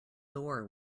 door